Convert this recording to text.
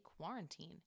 quarantine